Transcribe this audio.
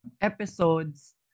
episodes